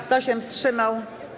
Kto się wstrzymał?